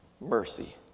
mercy